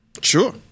Sure